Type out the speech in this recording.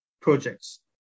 projects